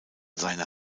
seine